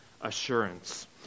assurance